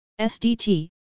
SDT